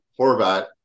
Horvat